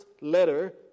letter